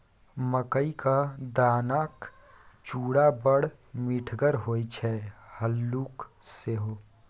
मकई क दानाक चूड़ा बड़ मिठगर होए छै हल्लुक सेहो